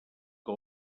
que